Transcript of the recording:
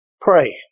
pray